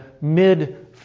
mid